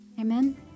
Amen